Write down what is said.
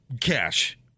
cash